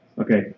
Okay